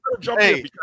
Hey